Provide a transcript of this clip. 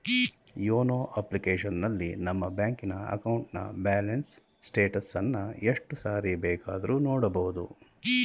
YONO ಅಪ್ಲಿಕೇಶನಲ್ಲಿ ನಮ್ಮ ಬ್ಯಾಂಕಿನ ಅಕೌಂಟ್ನ ಬ್ಯಾಲೆನ್ಸ್ ಸ್ಟೇಟಸನ್ನ ಎಷ್ಟು ಸಾರಿ ಬೇಕಾದ್ರೂ ನೋಡಬೋದು